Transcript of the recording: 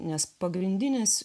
nes pagrindinis